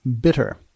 bitter